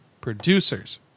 producers